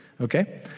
Okay